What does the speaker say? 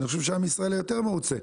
אני חושב שעם ישראל היה יותר מרוצה.